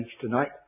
tonight